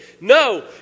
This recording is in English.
No